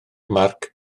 marc